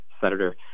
Senator